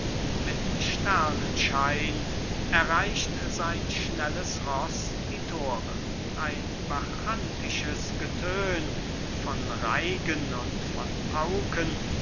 mit sternenschein erreicht sein schnelles roß die tore ein bacchantisches getön von reigen und von pauken